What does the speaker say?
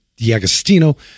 DiAgostino